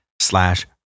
slash